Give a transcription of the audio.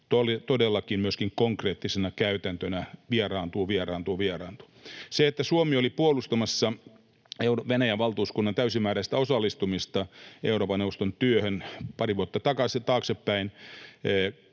todellakin myöskin konkreettisena käytäntönä vieraantuu, vieraantuu, vieraantuu. Suomi oli puolustamassa Venäjän valtuuskunnan täysimääräistä osallistumista Euroopan neuvoston työhön pari vuotta taaksepäin.